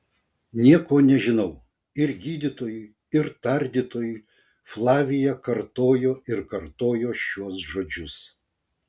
nieko nežinau ir gydytojui ir tardytojui flavija kartojo ir kartojo šiuos žodžius